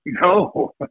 No